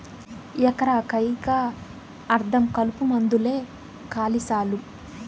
ఎకరా కయ్యికా అర్థం కలుపుమందేలే కాలి సాలు